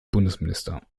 bundesminister